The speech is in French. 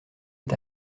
est